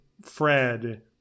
Fred